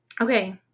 Okay